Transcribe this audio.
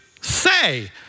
say